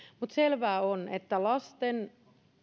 mutta selvää on että lasten